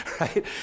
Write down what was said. right